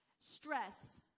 stress